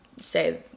say